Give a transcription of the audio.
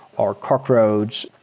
or cockroach,